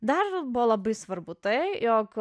dar buvo labai svarbu tai jog